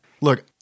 Look